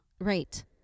Right